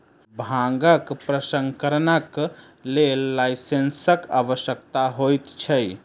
भांगक प्रसंस्करणक लेल लाइसेंसक आवश्यकता होइत छै